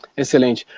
excelente!